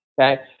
Okay